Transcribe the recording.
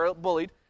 bullied